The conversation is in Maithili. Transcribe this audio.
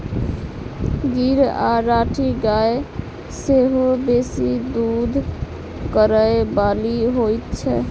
गीर आ राठी गाय सेहो बेसी दूध करय बाली होइत छै